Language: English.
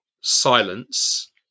silence